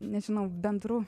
nežinau bendrų